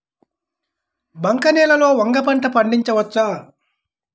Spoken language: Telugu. బంక నేలలో వంగ పంట పండించవచ్చా?